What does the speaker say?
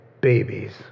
babies